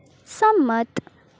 સંમત